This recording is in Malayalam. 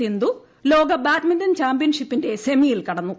സിന്ധു ലോക ബാഡ്മിന്റൺ ചാമ്പ്യൻഷിപ്പിന്റെ സെമിയിൽ കടന്നു